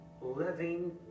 living